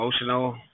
emotional